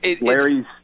Larry's